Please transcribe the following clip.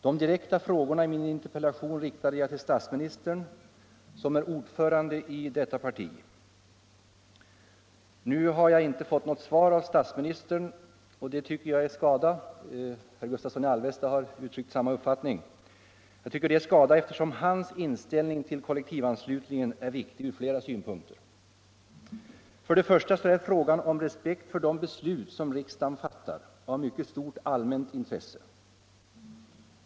De direkta frågorna i min interpellation riktade jag till statsministern, som är ordförande i detta parti. Nu har jag inte fått något svar av statsministern, och det Nr 19 tycker jag är skada herr Gustavsson i Alvesta har uttryckt samma upp Tisdagen den fattning — eftersom statsministerns inställning till kollektivanslutningen — 11 februari 1975 är viktig ur flera synpunkter. —— Först och främst är frågan om respekt för de beslut riksdagen fattar Om kollektivanslutav mycket stort allmänt intresse.